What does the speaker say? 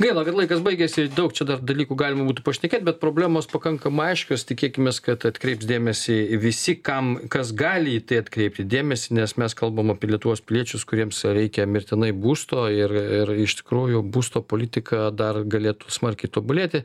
gaila kad laikas baigėsi daug čia dar dalykų galima būtų pašnekėt bet problemos pakankamai aiškios tikėkimės kad atkreips dėmesį visi kam kas gali į tai atkreipti dėmesį nes mes kalbame apie lietuvos piliečius kuriems reikia mirtinai būsto ir ir iš tikrųjų būsto politika dar galėtų smarkiai tobulėti